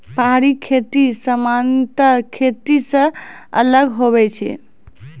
पहाड़ी खेती समान्तर खेती से अलग हुवै छै